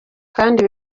kandi